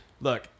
Look